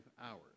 hours